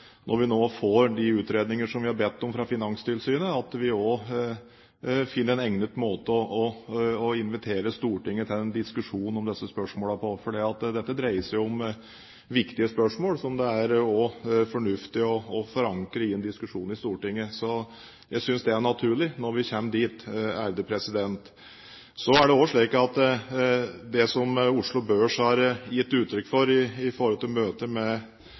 vi har bedt om fra Finanstilsynet, at vi også finner en egnet måte å invitere Stortinget til en diskusjon om disse spørsmålene på, for dette dreier seg om viktige spørsmål som det også er fornuftig å forankre i en diskusjon i Stortinget. Jeg synes det er naturlig når vi kommer dit. Det som Oslo Børs har gitt uttrykk for og pekt på i møte med departementet, er at særnorske fusjonsvilkår reduserer og forvansker mulighetene for å levere tjenester til